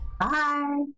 bye